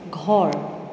ঘৰ